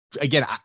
again